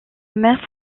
mère